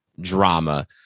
drama